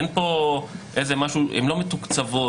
הן לא מתוקצבות,